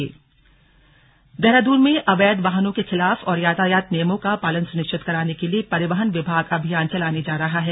अभियान देहरादून में अवैध वाहनों के खिलाफ और यातायात नियमों का पालन सुनिश्चित कराने के लिए परिवहन विभाग अभियान चलाने जा रहा है